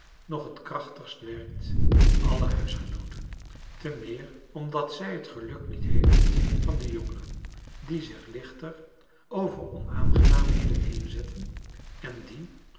nog het krachtigst werkt van alle huisgenooten te meer omdat zij het geluk niet heeft van de jongeren die zich lichter over onaangenaamheden heenzetten en die